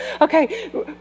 Okay